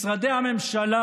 משרדי הממשלה,